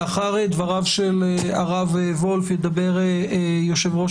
לאחר דבריו של הרב וולף ידבר יושב-ראש